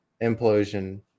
implosion